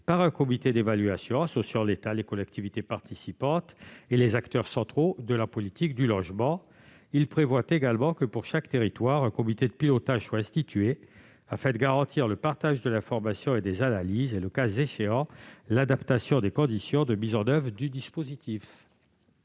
par un comité associant l'État, les collectivités participantes et les acteurs centraux de la politique du logement. Il vise également à ce que, pour chaque territoire, un comité de pilotage soit institué, afin de garantir le partage de l'information et des analyses et, le cas échéant, l'adaptation des conditions de mise en oeuvre du dispositif.